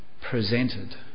presented